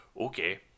Okay